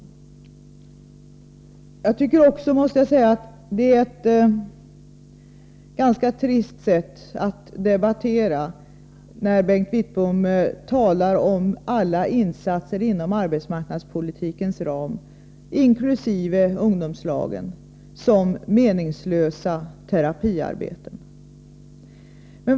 Bengt Wittbom talar om alla insatser inom arbetsmarknadspolitikens ram, inkl. ungdomslagen, som meningslösa terapiarbeten. Jag måste säga att jag tycker det är ett ganska trist sätt att debattera.